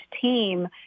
team